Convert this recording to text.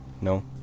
No